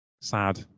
sad